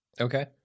Okay